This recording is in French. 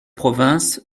provinces